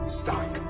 stock